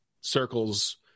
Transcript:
circles